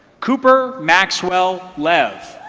cooper maxwell lev.